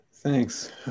Thanks